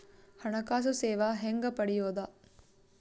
ಹಣಕಾಸು ಸೇವಾ ಹೆಂಗ ಪಡಿಯೊದ?